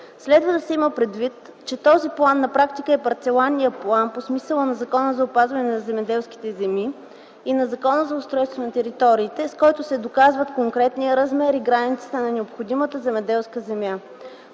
Следва да се има предвид, че този план на практика е парцеларният план по смисъла на Закона за опазване на земеделските земи и на Закона за устройство на територията, с който се доказват конкретният размер и границите на необходимата земеделска земя.